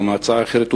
כי הצעה אחרת,